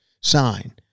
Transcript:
sign